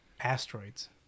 asteroids